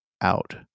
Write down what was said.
out